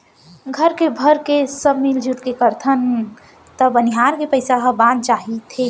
घर भरके सब मिरजुल के करथन त बनिहार के पइसा ह बच जाथे